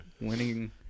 winning